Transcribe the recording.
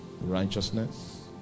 righteousness